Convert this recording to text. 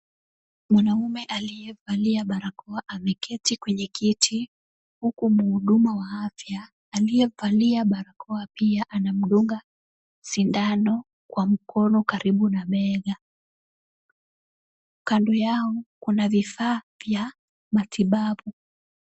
Mwanamme aliyevalia barakoa ameketi kwenye kiti, huku muhuduma wa afya aliyevalia barakoa pia anamdunga sindano kwa mkono karibu na bega. Kando yao kuna vifaa vya matibabu.